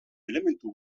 elementu